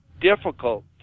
difficult